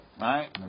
Right